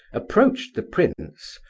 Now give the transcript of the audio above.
approached the prince,